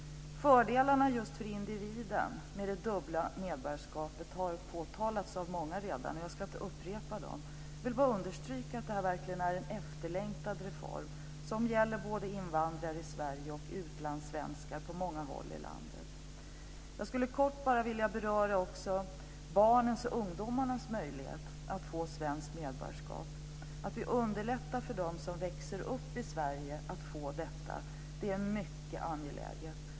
Fördelarna just för individen med det dubbla medborgarskapet har redan betonats av många, och jag ska inte upprepa dem. Jag vill bara understryka att det här verkligen är en efterlängtad reform, som gäller både invandrare i Sverige och utlandssvenskar på många håll i världen. Jag skulle kort också vilja beröra barnens och ungdomarnas möjlighet att få svenskt medborgarskap. Det är mycket angeläget att vi underlättar för dem som växer upp i Sverige att få detta.